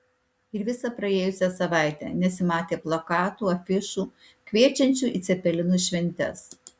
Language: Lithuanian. ir visą praėjusią savaitę nesimatė plakatų afišų kviečiančių į cepelinų šventes